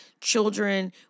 children